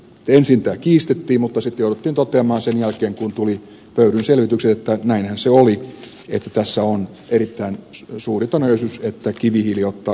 ensin tämä kiistettiin mutta sitten jouduttiin toteamaan sen jälkeen kun tulivat pöyryn selvitykset että näinhän se oli että tässä on erittäin suuri todennäköisyys että kivihiili ottaa lisää valtaa